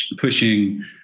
pushing